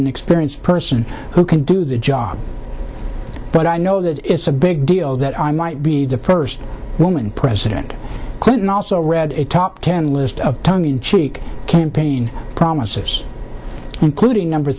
and experienced person who can do the job but i know that it's a big deal that i might be the first woman president clinton also read a top ten list of tongue in cheek campaign promises including number